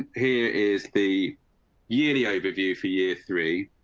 here is the yearly overview for year three.